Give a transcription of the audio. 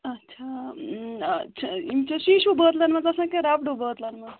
اچھا ٲں یِم چھا شیٖشو بٲتلن منٛز آسان کِنہٕ ربڈوٗ بٲتلن منٛز